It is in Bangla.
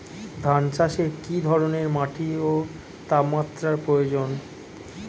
ধান চাষে কী ধরনের মাটি ও তাপমাত্রার প্রয়োজন?